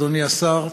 אדוני השר,